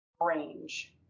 range